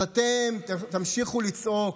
אז אתם תמשיכו לצעוק,